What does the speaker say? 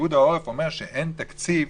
שפיקוד העורף אומר שאין תקציב...